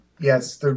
Yes